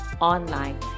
online